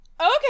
okay